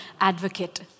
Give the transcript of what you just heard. advocate